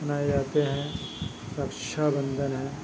منائے جاتے ہیں رکشا بندھن ہے